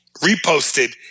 reposted